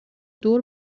دور